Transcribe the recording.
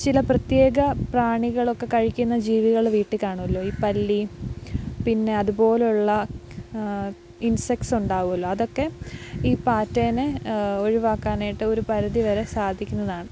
ചില പ്രത്യേക പ്രാണികളൊക്കെ കഴിക്കിന്ന ജീവികള് വീട്ടില് കാണുമല്ലോ ഈ പല്ലീ പിന്നെ അതുപോലെയുള്ള ഇൻസെക്റ്റ്സ് ഉണ്ടാവുമല്ലോ അതൊക്കെ ഈ പാറ്റേനെ ഒഴിവാക്കാനായിട്ട് ഒരു പരിധിവരെ സാധിക്കുന്നതാണ്